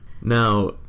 Now